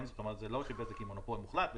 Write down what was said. זאת אומרת, זה לא שבזק היא מונפול מוחלט בתשתית,